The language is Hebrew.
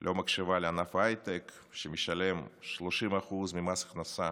לא מקשיבה לענף ההייטק, שמשלם 30% ממס ההכנסה